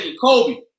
Kobe